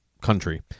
country